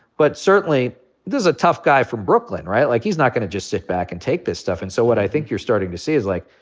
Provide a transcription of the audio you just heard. but certainly this is a tough guy from brooklyn, right? like, he's not gonna just sit back and take this stuff. and so what i think you're starting to see is, like,